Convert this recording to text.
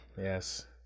Yes